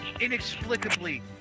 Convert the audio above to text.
Inexplicably